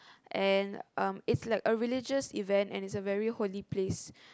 and um it's like a religious event and it's a very holy place